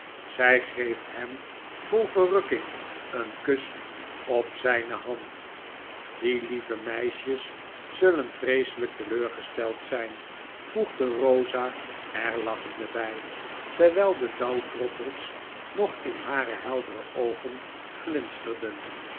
zy geeft hem vol verrukking een kus op zyne hand die lieve meisjes zullen vreeselyk teleurgesteld zyn voegde rosa er lachende bij terwijl de dauwdroppels nog in hare heldere oogen glinsterden